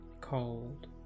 Cold